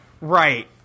right